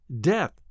death